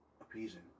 appeasing